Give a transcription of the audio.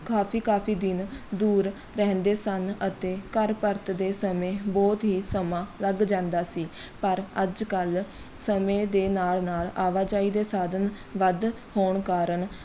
ਕਾਫੀ ਕਾਫੀ ਦਿਨ ਦੂਰ ਰਹਿੰਦੇ ਸਨ ਅਤੇ ਘਰ ਪਰਤਦੇ ਸਮੇਂ ਬਹੁਤ ਹੀ ਸਮਾਂ ਲੱਗ ਜਾਂਦਾ ਸੀ ਪਰ ਅੱਜ ਕੱਲ੍ਹ ਸਮੇਂ ਦੇ ਨਾਲ਼ ਨਾਲ਼ ਆਵਾਜਾਈ ਦੇ ਸਾਧਨ ਵੱਧ ਹੋਣ ਕਾਰਨ